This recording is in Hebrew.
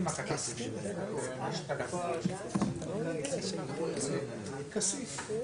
משקאות או מי שתייה כהגדרתם בסעיף 52(א)